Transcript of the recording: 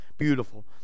beautiful